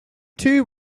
two